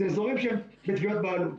אלה אזורים שהם בתביעת בעלות.